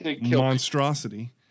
monstrosity